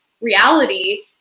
reality